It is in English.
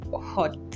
hot